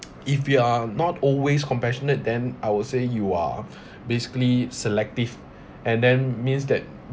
if you are not always compassionate then I would say you are basically selective and then means that